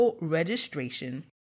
registration